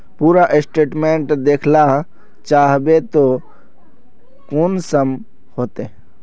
पूरा स्टेटमेंट देखला चाहबे तो कुंसम होते?